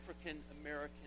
African-American